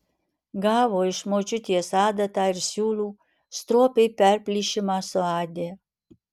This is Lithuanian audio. gavo iš močiutės adatą ir siūlų stropiai perplyšimą suadė